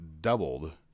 doubled